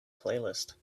playlist